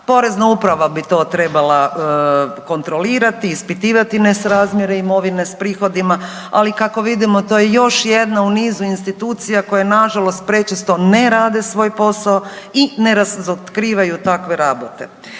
Porezna uprava bi to trebala kontrolirati i ispitivati nesrazmjere imovine s prihodima, ali kako vidimo, to je još jedna u nizu institucija koje nažalost prečesto ne rade svoj posao i ne razotkrivaju takve rabote.